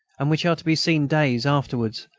and which are to be seen days afterwards,